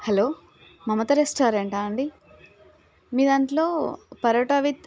hello Mamata రెస్టారెంటా అండి మీ దాంట్లో పరోటా విత్